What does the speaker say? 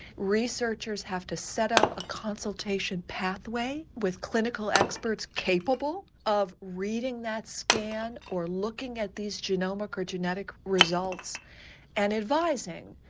researchers have to set up a consultation pathway with clinical experts capable of reading that scan or looking at these genomic or genetic results and advising.